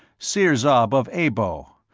sirzob of abo.